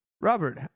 Robert